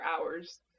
hours